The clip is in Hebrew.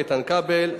איתן כבל,